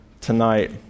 tonight